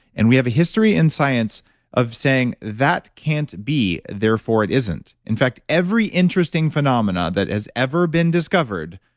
and we have a history in science of saying, that can't be, therefore it isn't. in fact, every interesting phenomena that has ever been discovered,